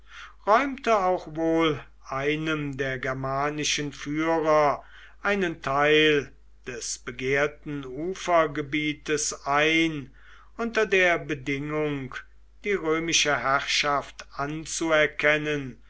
räumte auch wohl einem der germanischen führer einen teil des begehrten ufergebietes ein unter der bedingung die römische herrschaft anzuerkennen